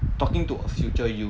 talking to a future you